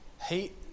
Hate